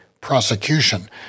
prosecution